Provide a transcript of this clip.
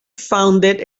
founded